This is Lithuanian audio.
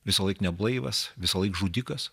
visąlaik neblaivas visąlaik žudikas